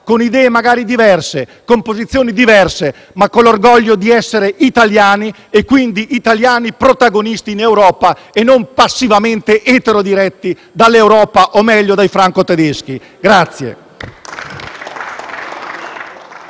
Europa, magari con idee e posizioni diverse, ma con l'orgoglio di essere italiani, quindi italiani protagonisti in Europa e non passivamente eterodiretti dall'Europa o, meglio, dai franco-tedeschi.